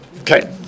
Okay